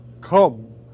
Come